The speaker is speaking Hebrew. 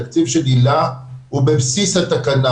התקציב של היל"ה הוא בבסיס התקנה,